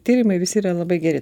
tyrimai visi yra labai geri